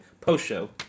Post-show